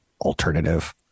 alternative